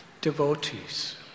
devotees